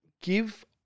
give